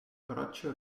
braccia